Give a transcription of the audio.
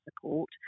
support